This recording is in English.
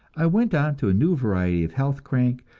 i went on to a new variety of health crank,